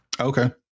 Okay